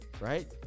right